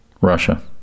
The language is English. Russia